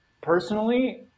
personally